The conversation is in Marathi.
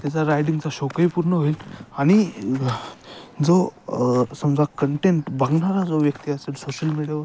त्याचा रायटिंगचा शौकही पूर्ण होईल आणि जो समजा कंटेंट बघणारा जो व्यक्ती असेल सोशल मीडियावर